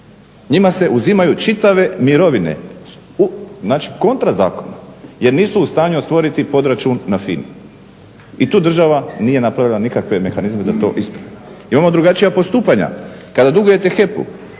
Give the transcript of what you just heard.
Njima se uzimaju čitave mirovine u znači kontra zakona jer nisu u stanju otvoriti podračun na FINI i tu država nije napravila nikakve mehanizme da to ispravi. Imamo drugačija postupanja, kada dugujete HEP-u,